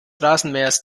rasenmähers